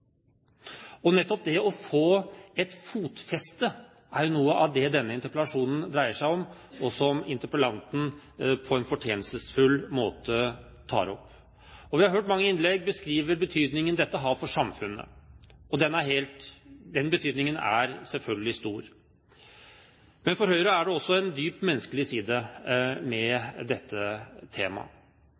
Nettopp det å få et fotfeste er noe av det denne interpellasjonen dreier seg om, og som interpellanten på en fortjenstfull måte tar opp. Vi har hørt mange i innlegg beskrive betydningen dette har for samfunnet – og den betydningen er selvfølgelig stor. Men for Høyre er det også en dyp menneskelig side ved dette temaet,